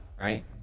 right